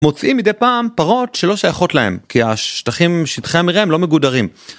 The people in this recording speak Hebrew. מוצאים מדי פעם פרות שלא שייכות להם, כי השטחים, שטחי המירעה הם לא מגודרים.